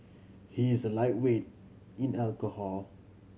he is a lightweight in alcohol